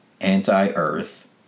anti-Earth